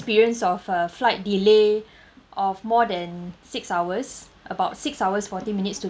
experience of uh flight delay of more than six hours about six hours forty minutes to